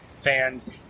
Fans